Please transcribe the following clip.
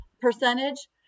percentage